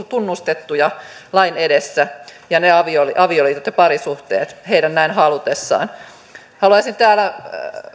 tunnustettuja lain edessä ja ne avioliitot ja parisuhteet heidän näin halutessaan täällä